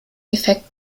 effekt